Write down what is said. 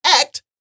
act